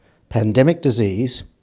pandemic disease,